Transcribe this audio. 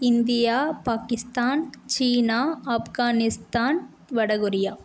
India Pakistan சீனா ஆப்கானீஸ்தான் வடகொரியா